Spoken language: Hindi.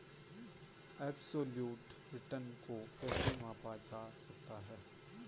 एबसोल्यूट रिटर्न को कैसे मापा जा सकता है?